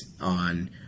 on